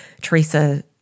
Teresa